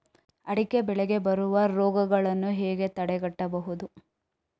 ಅಡಿಕೆ ಬೆಳೆಗೆ ಬರುವ ರೋಗಗಳನ್ನು ಹೇಗೆ ತಡೆಗಟ್ಟಬಹುದು?